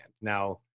now